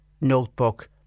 notebook